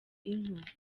inka